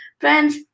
Friends